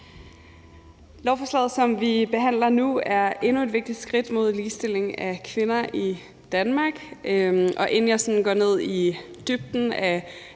Lovforslaget, som vi behandler nu, er endnu et vigtigt skridt mod ligestilling af kvinder i Danmark, og inden jeg sådan går i dybden